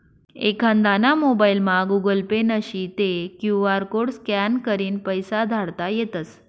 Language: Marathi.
एखांदाना मोबाइलमा गुगल पे नशी ते क्यु आर कोड स्कॅन करीन पैसा धाडता येतस